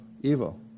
evil